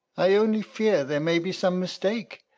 i only fear there may be some mistake,